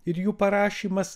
ir jų parašymas